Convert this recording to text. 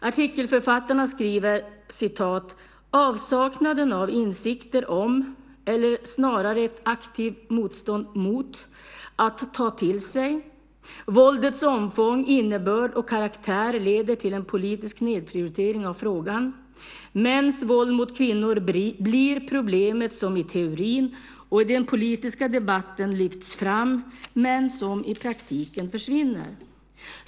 Artikelförfattarna skriver: "Avsaknaden av insikter om - eller snarare ett aktivt motstånd mot att ta till sig - våldets omfång, innebörd och karaktär leder till en politisk nedprioritering av frågan. Mäns våld mot kvinnor blir problemet som i teorin och i den politiska debatten lyfts fram men som i praktiken försvinner."